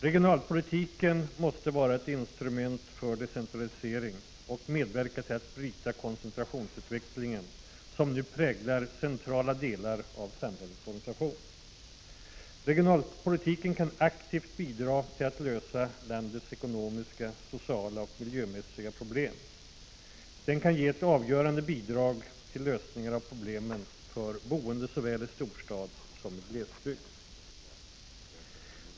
Regionalpolitiken måste vara ett instrument för decentralisering och medverka till att bryta koncentrationsutvecklingen som nu präglar centrala delar av samhällets organisation. Regionalpolitiken kan aktivt bidra till att lösa landets ekonomiska, sociala och miljömässiga problem. Den kan ge ett avgörande bidrag till lösningar av problemen för boende såväl i storstad som i glesbygd.